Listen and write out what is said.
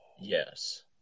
Yes